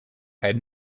had